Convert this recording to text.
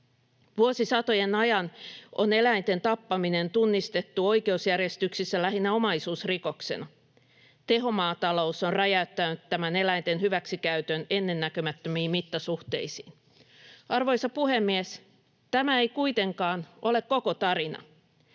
Vuosisatojen ajan on eläinten tappaminen tunnistettu oikeusjärjestyksissä lähinnä omaisuusrikoksena. Tehomaatalous on räjäyttänyt tämän eläinten hyväksikäytön ennennäkemättömiin mittasuhteisiin. Arvoisa puhemies! Tämä ei kuitenkaan ole koko tarina.